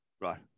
Right